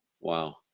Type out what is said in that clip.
Wow